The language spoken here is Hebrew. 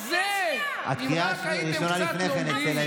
גם זה, אם רק הייתם קצת לומדים.